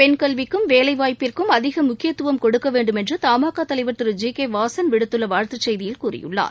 பெண் கல்விக்கும் வேலைவாய்ப்பிற்கும் அதிக முக்கியத்துவம் கொடுக்க வேண்டும் என்று தமாகா தலைவர் திரு ஜி கே வாசன் விடுத்துள்ள வாழ்த்துச் செய்தியில் கூறியுள்ளார்